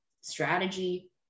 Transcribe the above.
strategy